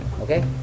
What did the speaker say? Okay